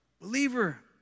Believer